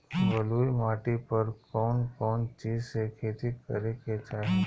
बलुई माटी पर कउन कउन चिज के खेती करे के चाही?